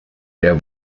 der